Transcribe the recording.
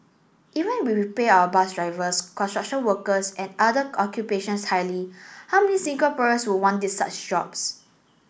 even we paid our bus drivers construction workers and other occupations highly how many Singaporeans would want such jobs